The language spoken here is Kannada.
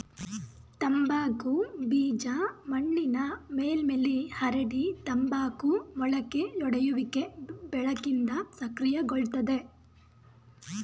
ತಂಬಾಕು ಬೀಜ ಮಣ್ಣಿನ ಮೇಲ್ಮೈಲಿ ಹರಡಿ ತಂಬಾಕು ಮೊಳಕೆಯೊಡೆಯುವಿಕೆ ಬೆಳಕಿಂದ ಸಕ್ರಿಯಗೊಳ್ತದೆ